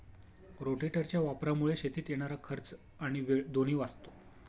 रोटेटरच्या वापरामुळे शेतीत येणारा खर्च आणि वेळ दोन्ही वाचतो